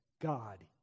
God